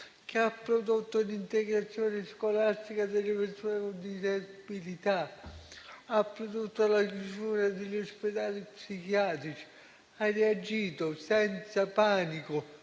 gente ha prodotto l'integrazione scolastica delle persone con disabilità, la chiusura degli ospedali psichiatrici e ha reagito senza panico,